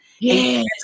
Yes